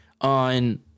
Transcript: on